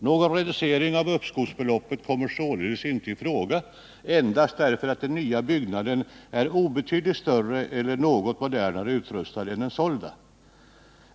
Någon reducering av uppskovsbeloppet kommer således inte i fråga endast därför att den nya byggnaden är obetydligt större eller något modernare utrustad än den sålda.